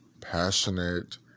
passionate